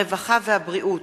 הרווחה והבריאות,